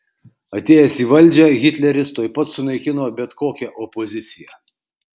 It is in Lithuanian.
atėjęs į valdžią hitleris tuoj pat sunaikino bet kokią opoziciją